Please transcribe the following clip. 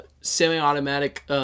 semi-automatic